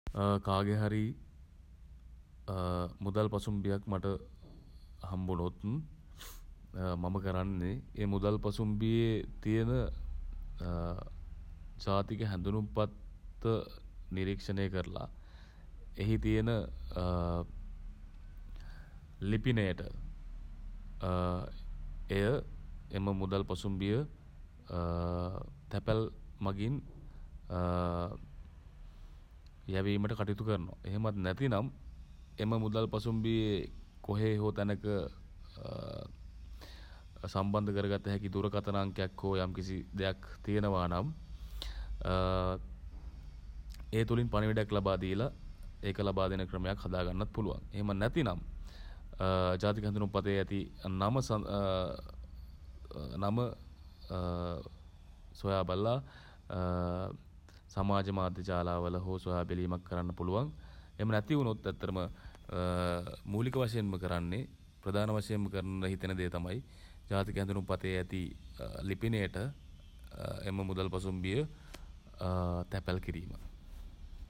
කාගෙ හරි මුදල් පසුම්බියක් මට හම්බුණොත් මම කරන්නේ ඒ මුදල් පසුම්බියේ තියෙන සහතික හැඳුනුම්පත් නිරීක්ෂණය කරලා එහි තියෙන ලිපිනයට එම මුදල් පසුම්බිය තැපැල් මගින් යැවීමට කටයුතු කරනවා. එහෙමත් නැතිනම් එම මුදල් පසුම්බියේ කොහේ හෝ තැනක සම්බන්ධ කර ගත හැකි දුරකථන අංකයක් හෝ යම්කිසි දෙයක් තියෙනවා නම් ඒ තුළින් පණිවුඩයක් ලබා දීලා ඒක ලබාදෙන ක්‍රමයක් හදාගන්න පුළුවන්. එහෙම නැතිනම් ජාතික හැඳුනුම්පතේ ඇති නම සොයා බලා සමාජ මාධ්‍ය ජාලාවල හෝ සොයා බැලීමක් කරන්න පුලුවන්. එහෙම නැති වුනොත් ඇත්තටම මූලික වශයෙන්ම කරන්නේ ප්‍රධාන වශයෙන්ම කරන්න හිතෙන දේ තමයි ජාතික හැඳුනුම්පතේ ඇති ලිපිනයට එම මුදල් පසුම්බිය තැපැල් කිරීම.